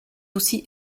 aussi